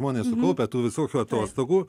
žmonės sukaupę tų visokių atostogų